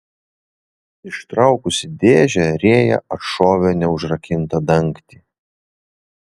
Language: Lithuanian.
ištraukusi dėžę rėja atšovė neužrakintą dangtį